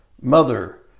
mother